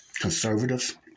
conservatives